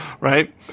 right